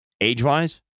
age-wise